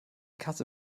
kasse